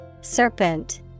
Serpent